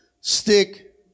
stick